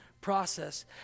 process